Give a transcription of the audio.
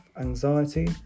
anxiety